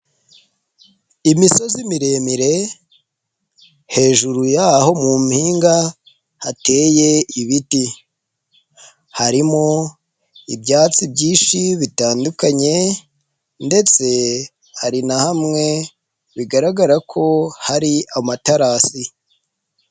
Imisozi miremire, hejuru yaho mu mpinga hateye ibiti. Harimo ibyatsi byinshi bitandukanye, ndetse hari na hamwe bigaragara ko hari amaterasi.